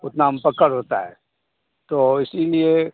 उतना हम पकड़ होता है तो इसीलिए